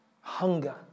Hunger